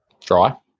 dry